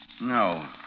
No